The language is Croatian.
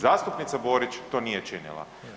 Zastupnica Borić to nije činila.